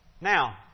Now